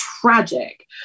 tragic